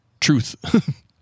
truth